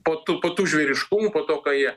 po tų po tų žvėriškumų po to ką jie